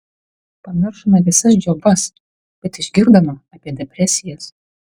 pamiršome visas džiovas bet išgirdome apie depresijas